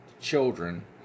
children